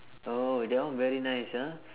oh that one very nice ah